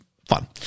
Fun